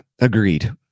agreed